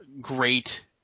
great